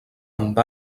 amb